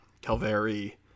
Calvary